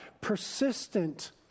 persistent